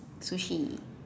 sushi